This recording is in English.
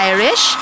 Irish